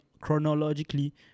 chronologically